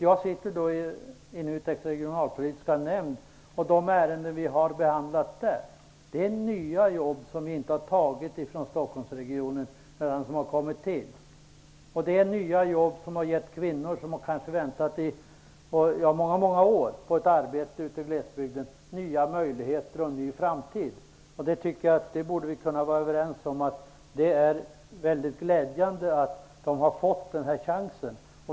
Jag sitter i NUTEK:s regionalpolitiska nämnd, och de ärenden vi har behandlat där rör nya jobb, som vi inte har tagit från Stockholmsregionen. Det är nya jobb som har gett kvinnor ute i glesbygden, som kanske har väntat i många år på ett arbete, nya möjligheter och en ny framtid. Att de har fått den här chansen borde vi kunna vara överens om är mycket glädjande.